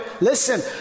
listen